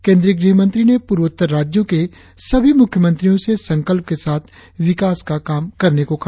केंद्रीय गृहमंत्री ने प्रवोत्तर राज्यों के सभी मुख्यमंत्रियों से संकल्प के साथ विकास का काम करने को कहा